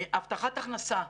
הבטחת הכנסה,